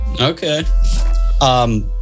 Okay